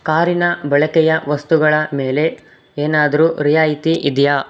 ಕಾರಿನ ಬಳಕೆಯ ವಸ್ತುಗಳ ಮೇಲೆ ಏನಾದರೂ ರಿಯಾಯಿತಿ ಇದೆಯಾ